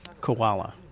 koala